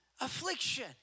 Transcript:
affliction